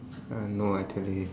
uh no actually